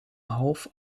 half